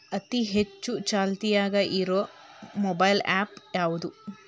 ಅತಿ ಹೆಚ್ಚ ಚಾಲ್ತಿಯಾಗ ಇರು ಮೊಬೈಲ್ ಆ್ಯಪ್ ಯಾವುದು?